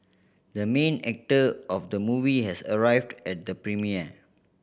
the main actor of the movie has arrived at the premiere